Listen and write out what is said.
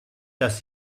dass